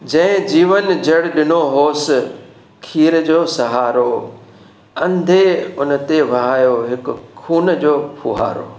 जंहिं जीवन ॼणु ॾिनो होसि खीर जो सहारो अंधे उन ते वहायो हिकु खून जो फुहारो